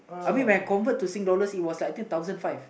I mean when I convert to Sing dollars it was like I think a thousand five